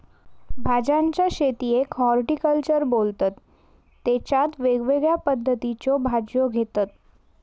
भाज्यांच्या शेतीयेक हॉर्टिकल्चर बोलतत तेच्यात वेगवेगळ्या पद्धतीच्यो भाज्यो घेतत